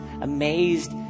amazed